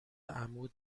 عمود